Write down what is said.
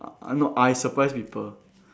uh uh no I surprise people